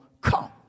come